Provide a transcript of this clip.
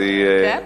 כן.